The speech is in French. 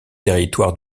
territoires